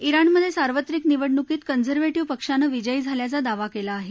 रोणमधे सार्वत्रिक निवडणुकीत कंझव्हेंटिव्ह पक्षानं विजयी झाल्याचा दावा केला आहे